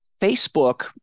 Facebook